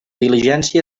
diligència